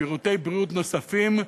שירותי בריאות נוספים,